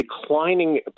declining